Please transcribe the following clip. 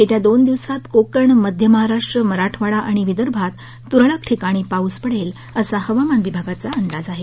येत्या दोन दिवसांत कोकण मध्य महाराष्ट्र मराठवाडा आणि विदर्भात तुरळक ठिकाणी पाऊस पडेल असा हवामान वि भागाचा अंदाज आहे